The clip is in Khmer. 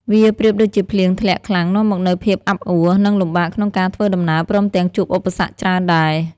វាប្រៀបដូចជាភ្លៀងធ្លាក់ខ្លាំងនាំមកនូវភាពអាប់អួរ និងលំបាកក្នុងការធ្វើដំណើរព្រមទាំងជួបឧបសគ្គច្រើនដែរ។